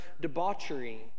debauchery